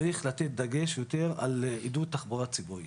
צריך לתת דגש יותר על עידוד תחבורה ציבורית,